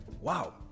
wow